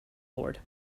lord